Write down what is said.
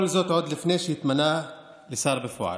כל זאת עוד לפני שהתמנה לשר בפועל,